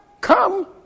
come